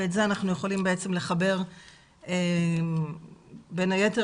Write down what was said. ואת זה אנחנו יכולים לחבר בין היתר